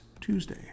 Tuesday